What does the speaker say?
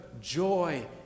joy